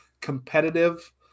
competitive